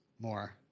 more